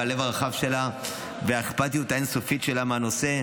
על הלב הרחב שלה ועל האכפתיות האין-סופית שלה מהנושא.